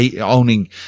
owning